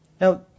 Now